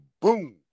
boom